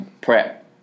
prep